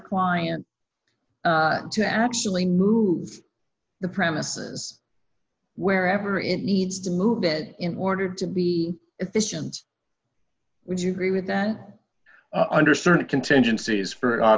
client to actually move the premises wherever it needs to move it in order to be efficient would you agree with that under certain contingencies for